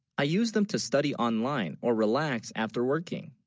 i used them to study online or relax after working